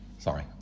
Sorry